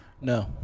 No